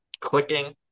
clicking